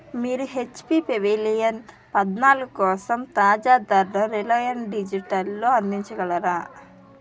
మీరు HP Pavilion పద్నాలుగు కోసం తాజా ధర రిలయన్స్ డిజిటల్లో అందించగలరా